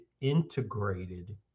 integrated